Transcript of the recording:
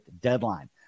deadline